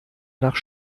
nach